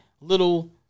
little